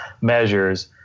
measures